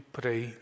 pray